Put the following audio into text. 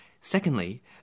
Secondly